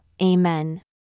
Amen